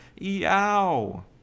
eow